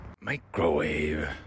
microwave